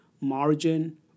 margin